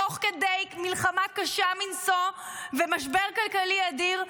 תוך כדי מלחמה קשה מנשוא ומשבר כלכלי אדיר,